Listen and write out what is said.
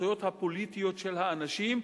בזכויות הפוליטיות של האנשים.